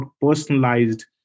personalized